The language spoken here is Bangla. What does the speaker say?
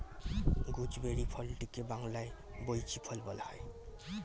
গুজবেরি ফলটিকে বাংলায় বৈঁচি ফল বলা হয়